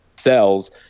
Cells